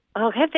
Okay